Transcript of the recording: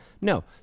No